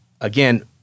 again